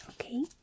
Okay